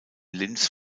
linz